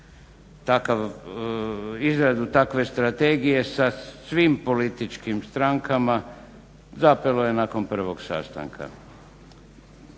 izradu takve strategije sa svim političkim strankama, zapelo je nakon prvog sastanka